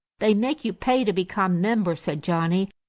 they make you pay to become members, said johnnie,